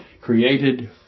created